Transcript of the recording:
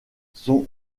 son